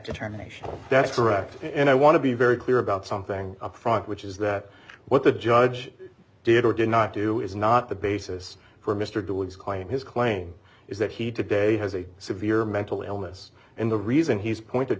determination that's correct and i want to be very clear about something upfront which is that what the judge did or did not do is not the basis for mr dillard's claim his claim is that he today has a severe mental illness and the reason he's pointed